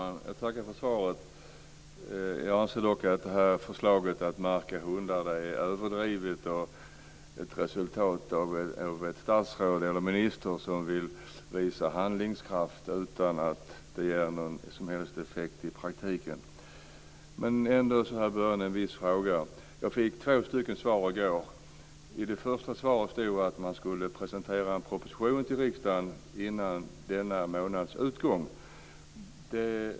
Fru talman! Jag tackar för svaret men anser att förslaget om att märka hundar är överdrivet och att det är resultatet av att en minister vill visa handlingskraft utan att det i praktiken ger någon som helst effekt. I går fick jag två svar. I det första svaret står det att man ska presentera en proposition för riksdagen före denna månads utgång.